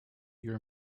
your